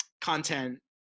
content